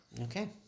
Okay